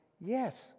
yes